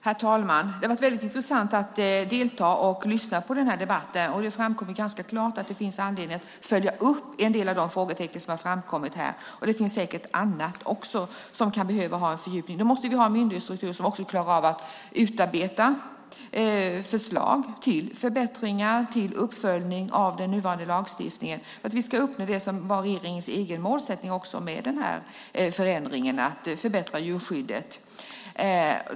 Herr talman! Det har varit väldigt intressant att delta i och lyssna på den här debatten. Det står ganska klart att det finns anledning att följa upp en del av de frågetecken som har framkommit här. Det finns säkert också annat som kan behöva få en fördjupning. Då måste vi ha en myndighetsstruktur så att vi också klarar av att utarbeta förslag till förbättringar och till uppföljning av den nuvarande lagstiftningen, för att vi ska uppnå det som också var regeringens egen målsättning med den här förändringen, att förbättra djurskyddet.